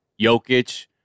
Jokic